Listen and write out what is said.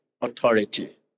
authority